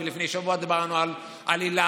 לפני שבוע דיברנו על היל"ה,